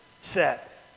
set